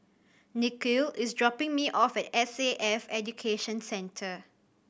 Nikhil is dropping me off at S A F Education Centre